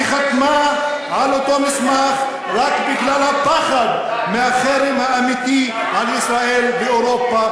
היא חתמה על אותו מסמך רק בגלל הפחד מהחרם האמיתי על ישראל באירופה,